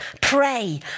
pray